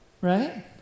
right